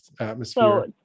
atmosphere